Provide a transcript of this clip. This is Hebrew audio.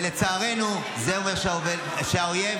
לצערנו זה אומר שהאויב